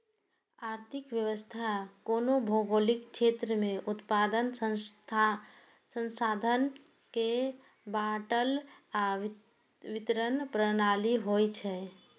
आर्थिक व्यवस्था कोनो भौगोलिक क्षेत्र मे उत्पादन, संसाधन के आवंटन आ वितरण प्रणाली होइ छै